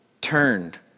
turned